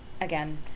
again